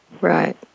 right